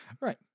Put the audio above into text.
right